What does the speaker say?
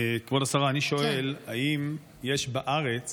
כבוד השרה, אני שואל: האם יש בארץ